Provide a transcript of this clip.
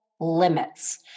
limits